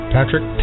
Patrick